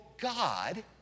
God